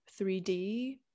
3D